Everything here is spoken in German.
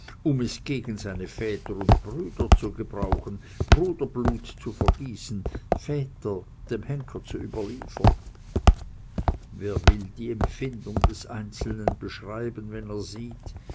um es gegen seine väter und brüder zu gebrauchen bruderblut zu vergießen väter dem henker zu überliefern wer will die empfindung des einzelnen beschreiben wenn er sieht